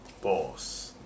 Boss